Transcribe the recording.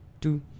two